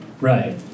Right